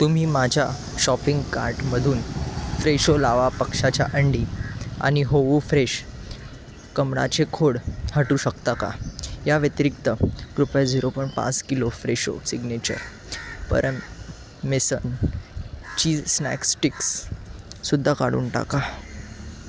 तुम्ही माझ्या शॉपिंग कार्टमधून फ्रेशो लावा पक्ष्याच्या अंडी आणि होवू फ्रेश कमळाचे खोड हटवू शकता का या व्यतिरिक्त कृपया झिरो पॉईंट पाच किलो Fresho signature parmesan cheese snack sticks सुद्धा काढून टाका